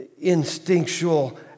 instinctual